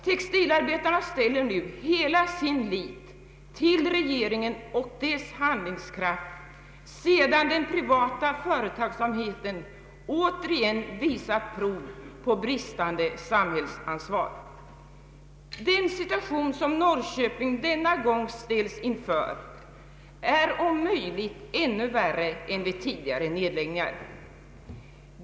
Textilarbetarna sätter nu hela sin lit till regeringen och dess handlingskraft, sedan den privata företagsamheten återigen visat prov på bristande samhällsansvar. Den situation som Norrköping denna gång ställs inför är om möjligt ännu värre än vid tidigare nedläggningar.